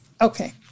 okay